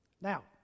now